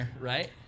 Right